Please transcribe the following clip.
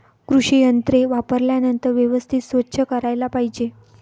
कृषी यंत्रे वापरल्यानंतर व्यवस्थित स्वच्छ करायला पाहिजे